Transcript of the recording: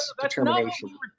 determination